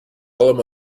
allem